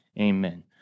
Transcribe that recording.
Amen